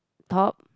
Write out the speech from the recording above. top